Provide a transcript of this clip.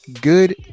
good